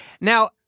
Now